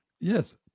Yes